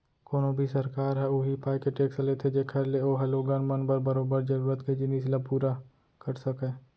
कोनो भी सरकार ह उही पाय के टेक्स लेथे जेखर ले ओहा लोगन मन बर बरोबर जरुरत के जिनिस ल पुरा कर सकय